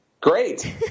Great